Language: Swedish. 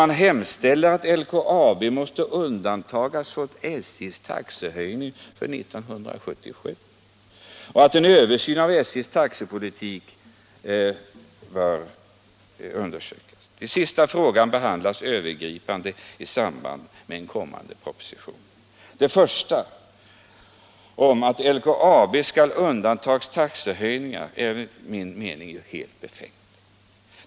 Man vill där att LKAB skall undantas från SJ:s taxehöjningar för 1977 och att en översyn av SJ:s taxepolitik görs. Den sista frågan behandlas övergripande i samband med en kommande proposition. Det första, att LKAB skall undantas från taxehöjningar, är enligt min mening helt befängt.